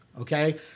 Okay